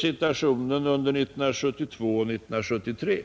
situationen under 1972 och 1973.